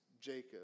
Jacob